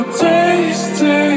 tasty